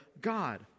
God